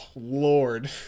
lord